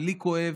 ולי כואב,